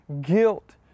guilt